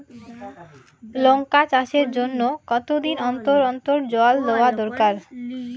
লঙ্কা চাষের জন্যে কতদিন অন্তর অন্তর জল দেওয়া দরকার?